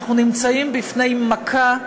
אנחנו נמצאים בפני מכה,